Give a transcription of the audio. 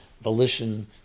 volition